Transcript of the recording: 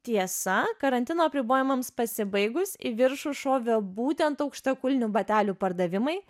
tiesa karantino apribojimams pasibaigus į viršų šovė būtent aukštakulnių batelių pardavimai